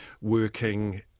working